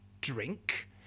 drink